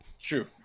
true